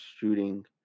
shooting